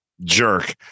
jerk